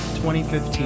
2015